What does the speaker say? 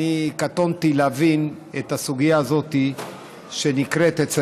אני קטונתי מלהבין את הסוגיה הזאת שנקראת אצל